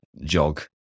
jog